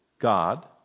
God